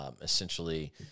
essentially